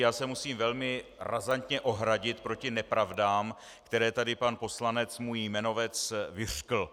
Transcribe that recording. Já se musím velmi razantně ohradit proti nepravdám, které tady pan poslanec, můj jmenovec, vyřkl.